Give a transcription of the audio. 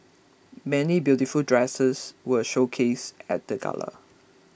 many beautiful dresses were showcased at the gala